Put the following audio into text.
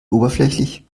oberflächlich